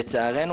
לצערנו,